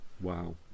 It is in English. Wow